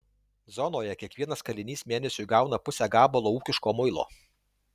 zonoje kiekvienas kalinys mėnesiui gauna pusę gabalo ūkiško muilo